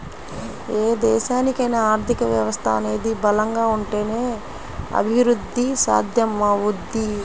ఏ దేశానికైనా ఆర్థిక వ్యవస్థ అనేది బలంగా ఉంటేనే అభిరుద్ధి సాధ్యమవుద్ది